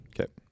Okay